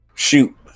Shoot